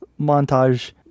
montage